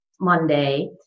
Monday